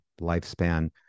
lifespan